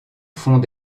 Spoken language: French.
font